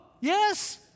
Yes